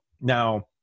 now